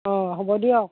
অ হ'ব দিয়ক